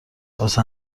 واسه